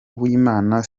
uwimana